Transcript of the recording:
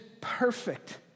perfect